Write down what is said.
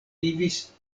vivis